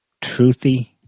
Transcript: truthy